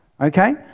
Okay